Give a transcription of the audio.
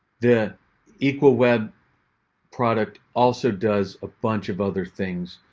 the equal web product also does a bunch of other things.